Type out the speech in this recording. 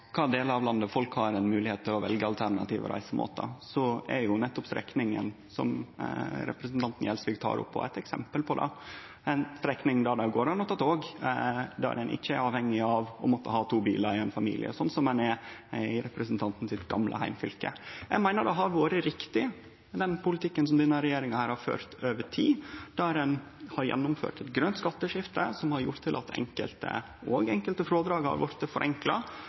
kva delar av landet folk har moglegheit til å velje alternative reisemåtar, er nettopp strekninga som representanten Gjelsvik tek opp, eit eksempel på det. Det er ei strekning der det går an å ta tog, der ein ikkje er avhengig av å måtte ha to bilar i ein familie, slik ein er i representanten Gjelsvik sitt gamle heimfylke. Eg meiner den politikken som denne regjeringa har ført over tid, har vore riktig. Ein har gjennomført eit grønt skatteskifte, som har gjort at enkelte frådrag har blitt forenkla,